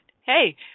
hey